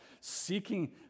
seeking